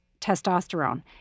testosterone